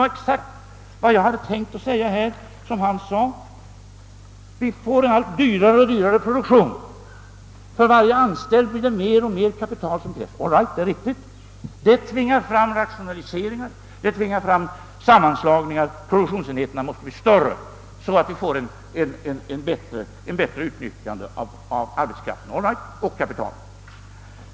Vad herr Hedlund sade var exakt vad jag själv hade tänkt säga: Vi får allt dyrare produktion, för varje anställd krävs mer och mer kapital. Detta tvingar fram rationaliseringar, det tvingar fram sammanslagningar, produktionsenheterna måste bli större, så att vi får ett bättre utnyttjande av arbetskraften och kapitalet.